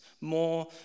more